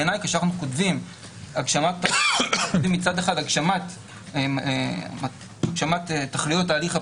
בעיני כשאנחנו כותבים מצד אחד "הגשמת תכליות ההליך הפלילי",